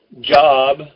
job